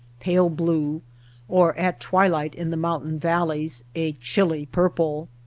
pale-blue, or at twi light in the mountain valleys, a chilly purple.